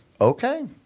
Okay